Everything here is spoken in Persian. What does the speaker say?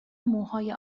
موهای